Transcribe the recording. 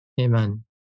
Amen